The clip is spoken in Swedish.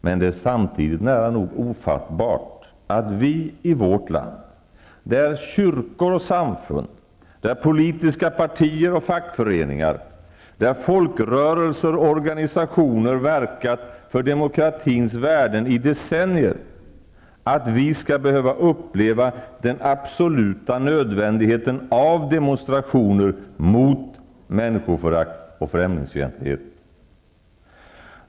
Samtidigt är det nära nog ofattbart att vi i vårt land, där kyrkor och samfund, där politiska partier och fackföreningar, där folkrörelser och organisationer verkat för demokratins värden i decennier skall behöva uppleva den absoluta nödvändigheten av demonstrationer mot människoförakt och främlingsfientlighet.